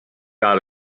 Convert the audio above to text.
out